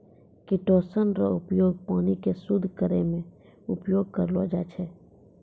chitosan रो उपयोग पानी के शुद्ध करै मे उपयोग करलो जाय छै